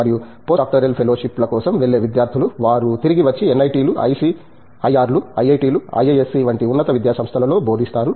మరియు పోస్ట్డాక్టోరల్ ఫెలోషిప్ల కోసం వెళ్ళే విద్యార్థులు వారు తిరిగి వచ్చి ఎన్ఐటీలు ఐసిఇఆర్లు ఐఐటిలు ఐఐఎస్సి వంటి ఉన్నత విద్యాసంస్థలలో బోధిస్తారు